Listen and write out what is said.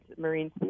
marine